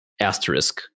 Asterisk